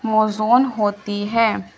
موزون ہوتی ہے